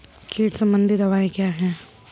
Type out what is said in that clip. कीट संबंधित दवाएँ क्या हैं?